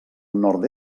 nord